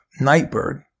Nightbird